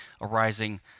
arising –